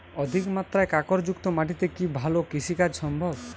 অধিকমাত্রায় কাঁকরযুক্ত মাটিতে কি ভালো কৃষিকাজ সম্ভব?